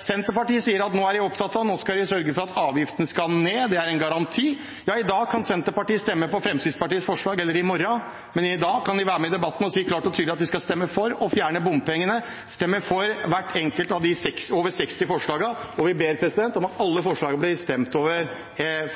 Senterpartiet sier at nå er de opptatt av, og nå skal de sørge for at avgiftene skal ned. Det er en garanti. I morgen kan Senterpartiet stemme på Fremskrittspartiets forslag, men i dag kan de være med i debatten og si klart og tydelig at de skal stemme for å fjerne bompengene – stemme for hvert enkelt av de 61 forslagene. Vi ber om at alle forslagene blir stemt over,